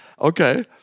okay